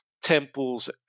temples